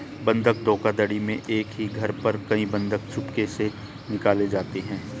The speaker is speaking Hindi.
बंधक धोखाधड़ी में एक ही घर पर कई बंधक चुपके से निकाले जाते हैं